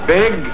big